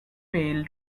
pail